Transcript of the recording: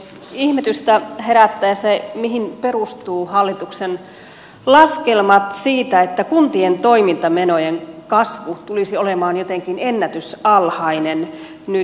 ihmetystä herättää se mihin perustuvat hallituksen laskelmat siitä että kuntien toimintamenojen kasvu tulisi olemaan jotenkin ennätysalhainen nyt